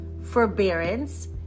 forbearance